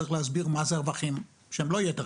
צריך להסביר מה זה הרווחים שהם לא יתר,